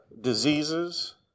diseases